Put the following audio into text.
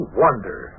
wonder